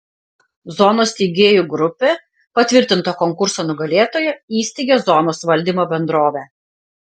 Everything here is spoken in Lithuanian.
zonos steigėjų grupė patvirtinta konkurso nugalėtoja įsteigia zonos valdymo bendrovę